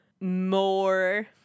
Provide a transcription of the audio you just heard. more